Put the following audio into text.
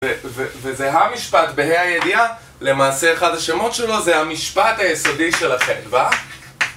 וזה המשפט בהי הידיעה, למעשה אחד השמות שלו זה המשפט היסודי של החלב, אה?